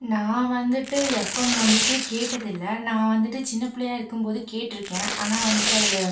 நான் வந்துட்டு எஃப்எம் வந்துட்டு கேட்டதில்ல நான் வந்துட்டு சின்னப் பிள்ளையாக இருக்கும் போது கேட்டுருக்கேன் ஆனால் வந்துட்டு அதில்